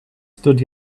stood